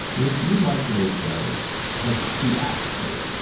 if you like today's show, i have to ask for you.